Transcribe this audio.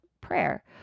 prayer